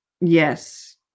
Yes